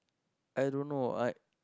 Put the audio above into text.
I don't know I